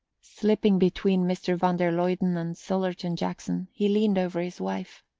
slipping between mr. van der luyden and sillerton jackson, he leaned over his wife.